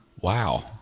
Wow